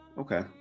Okay